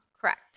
Correct